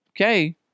okay